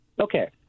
Okay